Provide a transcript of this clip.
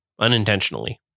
unintentionally